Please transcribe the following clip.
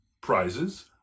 prizes